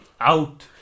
Out